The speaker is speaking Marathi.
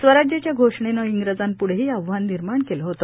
स्वराज्याच्या घोषणेने इंग्रजांपुढेही आव्हान निर्माण केले होते